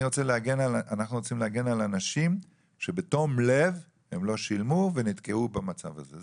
אנחנו רוצים להגן על אנשים שבתום לב הם לא שילמו ונתקעו במצב הזה.